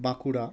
Bankura